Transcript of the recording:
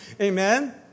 Amen